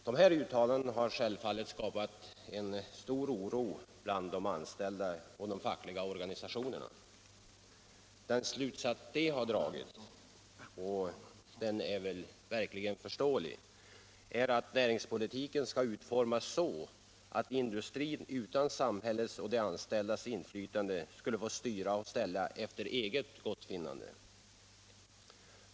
Dessa uttalanden har självfallet skapat stor oro bland de anställda och de fackliga organisationerna. Den slutsats de har dragit — och den är verkligen förståelig — är att näringspolitiken skulle utformas så, att industrin utan samhällets och de anställdas inflytande skulle få styra och ställa efter eget gottfinnande.